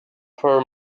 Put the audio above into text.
per